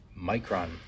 micron